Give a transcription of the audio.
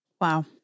Wow